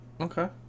Okay